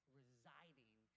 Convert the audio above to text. residing